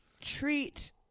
treat